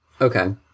Okay